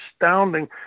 astounding